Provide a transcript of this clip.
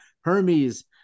Hermes